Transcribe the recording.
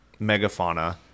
megafauna